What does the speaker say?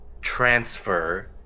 transfer